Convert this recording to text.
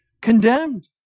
condemned